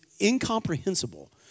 incomprehensible